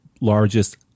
largest